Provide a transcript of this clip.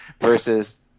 versus